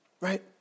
Right